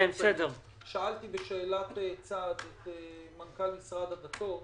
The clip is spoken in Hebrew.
שאלתי את מנכ"ל משרד הדתות